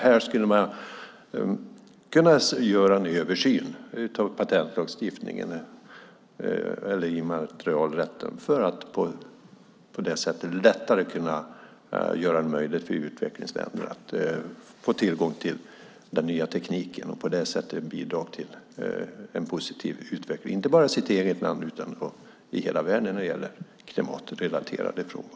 Man skulle kunna göra en översyn av immaterialrätten för att göra det lättare för utvecklingsländerna att få tillgång till den nya tekniken och på det sättet bidra till en positiv utveckling inte bara i det egna landet utan i hela världen när det gäller klimatrelaterade frågor.